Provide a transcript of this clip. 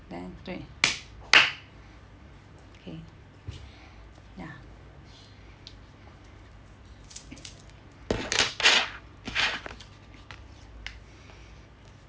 then 对 okay ya